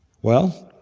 well,